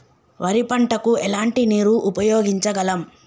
వరి పంట కు ఎలాంటి నీరు ఉపయోగించగలం?